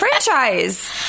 franchise